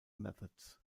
methods